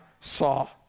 saw